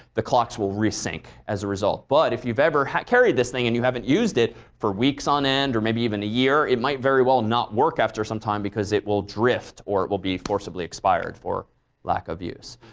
the clocks will resync as a result. but if you've ever carried this thing and you haven't used it for weeks on end or maybe even a year, it might very well not work after some time because it will drift or it will be forcibly expired for lack of use.